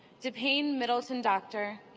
depayne middle ton doctor.